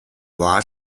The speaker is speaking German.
war